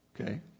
okay